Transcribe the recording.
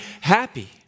happy